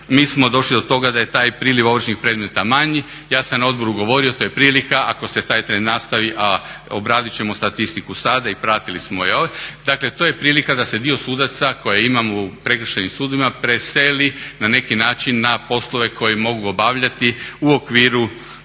mi smo došli do toga da je taj priliv ovršnih predmeta manji. Ja sam na odboru govorio to je prilika ako se taj trend nastavi, a obradit ćemo statistiku sada i pratili smo je. Dakle, to je prilika da se dio sudaca koje imamo u prekršajnim sudovima preseli na neki način na poslove koje mogu obavljati u okviru